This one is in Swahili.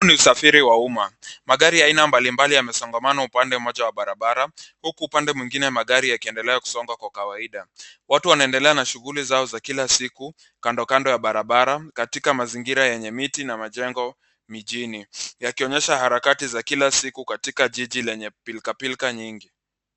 Huu ni usafiri wa umma .Magari aina mbalimbali yamesongamana upande mmoja wa barabara, huku upande mwingine magari yakiendelea kusonga kwa kawaida. Watu wanaendelea na shuguli zao za kila siku kando kando ya barabara, katika mazingira yenye miti na majengo mijini yakionyesha harakati za kila siku katika jiji lenye pilkapilka nyingi.